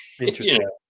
interesting